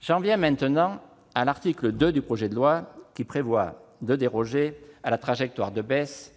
J'en viens à l'article 2 du projet de loi, qui prévoit de déroger à la trajectoire de baisse